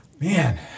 Man